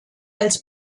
als